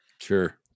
Sure